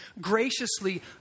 graciously